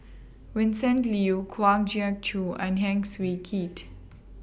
Vincent Leow Kwa Geok Choo and Heng Swee Keat